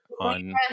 on